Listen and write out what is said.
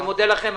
אני מודה לכם.